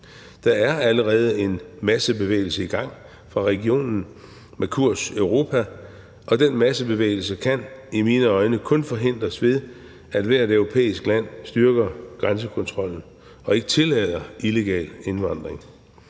Der er allerede en massebevægelse i gang fra regionen med kurs mod Europa, og den massebevægelse kan i mine øjne kun forhindres ved, at hvert europæisk land styrker grænsekontrollen og ikke tillader illegal indvandring.